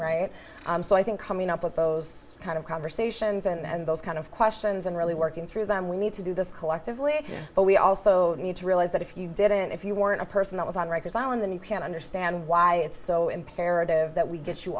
right so i think coming up with those kind of conversations and those kind of questions and really working through them we need to do this collectively but we also need to realize that if you did it if you weren't a person that was on record island then you can understand why it's so imperative busy that we get you